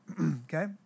okay